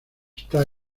está